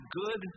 good